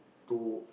to